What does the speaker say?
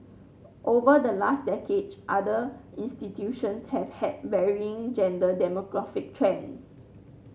over the last other institutions have had varying gender demographic trends